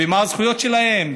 ומה הזכויות שלהם,